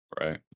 Right